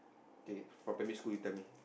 K for primary school you tell me